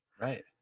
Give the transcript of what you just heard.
Right